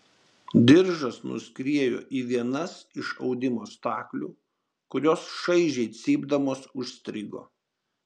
diržas nuskriejo į vienas iš audimo staklių kurios šaižiai cypdamos užstrigo